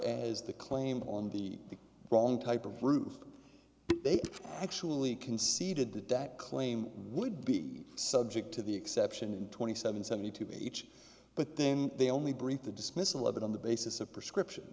as the claim on the wrong type of roof they actually conceded that that claim would be subject to the exception in twenty seven seventy two each but then they only brief the dismissal of it on the basis of prescription